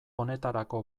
honetarako